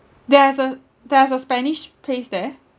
there is a there's a spanish place there